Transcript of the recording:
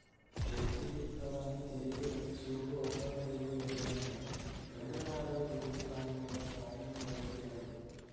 ವ್ಯತಿರಿಕ್ತವಾಗಿ ತೆರಿಗೆ ತಪ್ಪಿಸುವುದು ಒಬ್ಬರ ತೆರಿಗೆ ಹೊರೆಯನ್ನ ಕಡಿಮೆಮಾಡಲು ತೆರಿಗೆ ಕಾನೂನುಗಳ ಕಾನೂನು ಬಳಕೆಯಾಗಿದೆ